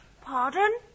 Pardon